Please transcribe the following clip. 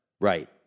Right